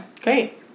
Great